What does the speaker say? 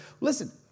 listen